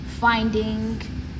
finding